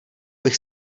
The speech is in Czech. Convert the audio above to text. bych